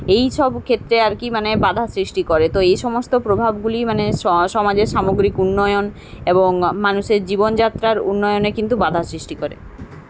এই সব ক্ষেত্রে আর কি মানে বাধা সৃষ্টি করে তো এই সমস্ত প্রভাবগুলির মানে স সমাজের সামগ্রিক উন্নয়ন এবং মানুষের জীবনযাত্রার উন্নয়নে কিন্তু বাধা সৃষ্টি করে